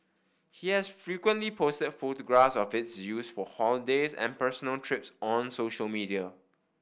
he has frequently posted photographs of its use for holidays and personal trips on social media